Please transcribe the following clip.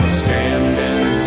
standing